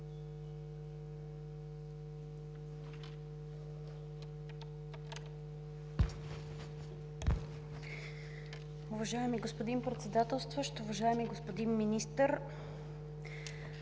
Уважаеми господин Председателстващ, уважаеми господин Министър!